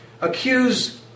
accuse